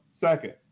second